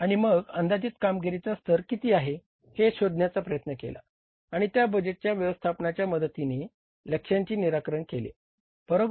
आणि मग अंदाजित कामगिरीचा स्तर किती आहे हे शोधण्याचा प्रयत्न केला आणि त्या बजेट व्यवस्थापनाच्या मदतीने लक्ष्यांची निराकरण केले बरोबर